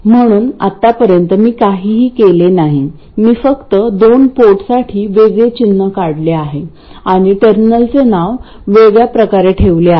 म्हणून आतापर्यंत मी काहीही केले नाही मी फक्त दोन पोर्टसाठी वेगळे चिन्ह काढले आहे आणि टर्मिनलचे नाव वेगळ्या प्रकारे ठेवले आहे